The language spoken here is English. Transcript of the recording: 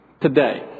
today